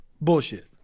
Bullshit